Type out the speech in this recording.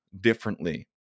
differently